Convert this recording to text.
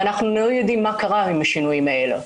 ואנחנו לא יודעים מה קרה עם השינויים האלה.